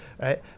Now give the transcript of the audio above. Right